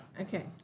Okay